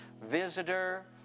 visitor